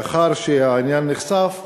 לאחר שהעניין נחשף,